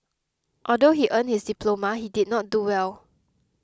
although he earned his diploma he did not do well